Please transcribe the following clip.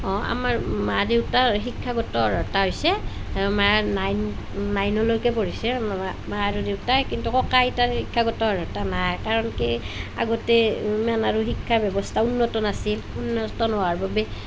অঁ আমাৰ মা দেউতাৰ শিক্ষাগত অৰ্হতা হৈছে মায়ে নাইন নাইনলৈকে পঢ়িছে মা আৰু দেউতাই কিন্তু ককা আইতাৰ শিক্ষাগত অৰ্হতা নাই কাৰণ কি আগতে ইমান আৰু শিক্ষা ব্যৱস্থাও উন্নত নাছিল উন্নত নোহোৱাৰ বাবে